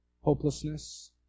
hopelessness